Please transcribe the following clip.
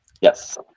Yes